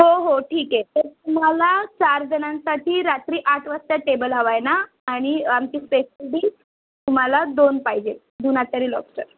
हो हो ठीक आहे तर तुम्हाला चारजणांसाठी रात्री आठ वाजता टेबल हवा आहे ना आणि आमची स्पेशालिटी तुम्हाला दोन पाहिजे दोन आचारी लॉबस्टर